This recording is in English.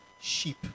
sheep